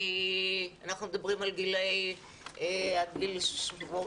כי אנחנו מדברים על גילאים עד גיל 21,